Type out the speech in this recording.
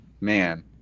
man